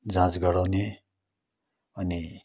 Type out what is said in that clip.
जाँच गराउने अनि